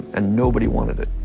and nobody wanted it.